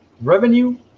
revenue